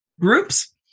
groups